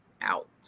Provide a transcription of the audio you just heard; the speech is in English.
out